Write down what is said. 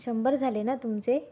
शंभर झाले ना तुमचे